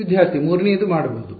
ವಿದ್ಯಾರ್ಥಿ ಮೂರನೆಯದು ಮಾಡಬಹುದು